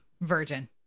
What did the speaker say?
virgin